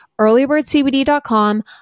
earlybirdcbd.com